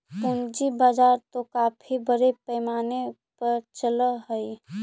पूंजी बाजार तो काफी बड़े पैमाने पर चलअ हई